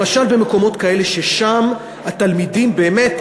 למשל במקומות כאלה ששם התלמידים באמת,